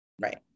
Right